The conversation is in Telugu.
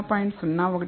01 0